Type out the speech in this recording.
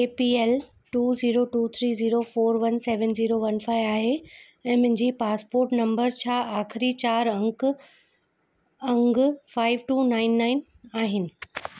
ऐ P L two zero two three zero four one seven zero one five आहे ऐं मुंहिंजे passport number जा आख़िरी चार अंक अंग फ़ाइव टू नाइन नाइन आहिनि